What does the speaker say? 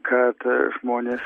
kad žmonės